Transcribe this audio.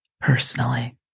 personally